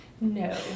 No